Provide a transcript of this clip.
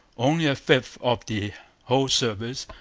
only a fifth of the whole service,